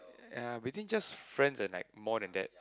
ya between just friends and like more than that